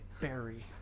Barry